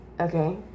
Okay